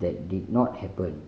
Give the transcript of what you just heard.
that did not happen